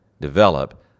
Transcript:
Develop